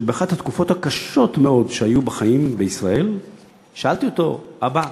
כשבאחת התקופות הקשות מאוד שהיו בחיים בישראל שאלתי אותו: אבא,